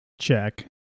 check